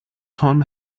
tom